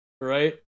right